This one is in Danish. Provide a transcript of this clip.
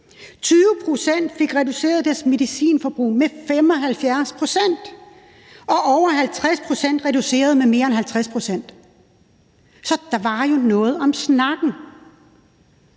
pct. fik reduceret deres medicinforbrug med 75 pct., og over 50 pct. fik det reduceret med mere end 50 pct. Så der var jo noget om snakken.